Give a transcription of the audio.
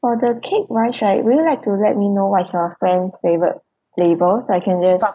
for the cake wise right would you like to let me know what is your friend's favourite flavour so I can just